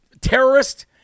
terrorist